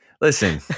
listen